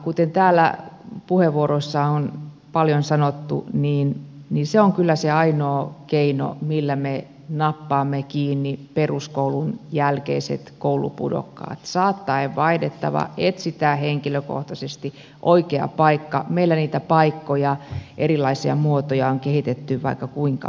kuten täällä puheenvuoroissa on paljon sanottu niin se on kyllä se ainoa keino millä me nappaamme kiinni peruskoulun jälkeiset koulupudokkaat saattaen vaihdettava etsitään henkilökohtaisesti oikea paikka meillä niitä paikkoja erilaisia muotoja on kehitetty vaikka kuinka paljon